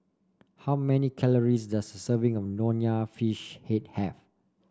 how many calories does a serving of Nonya Fish Head have